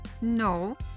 no